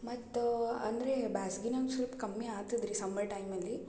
ಮತ್ತೆ ಅಂದರೆ ಬ್ಯಾಸಿಗಿನಾಗಿ ಸೊಲ್ಪ ಕಮ್ಮಿ ಆಗ್ತದೆ ರೀ ಸಮ್ಮರ್ ಟೈಮ್ ಅಲ್ಲಿ